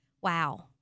wow